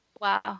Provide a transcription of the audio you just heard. wow